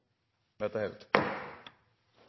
Mette